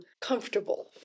comfortable